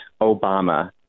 Obama